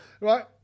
right